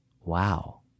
Wow